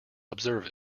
observe